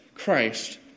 Christ